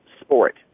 sport